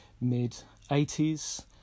mid-80s